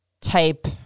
type